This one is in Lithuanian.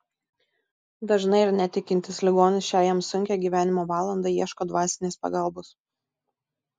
dažnai ir netikintis ligonis šią jam sunkią gyvenimo valandą ieško dvasinės pagalbos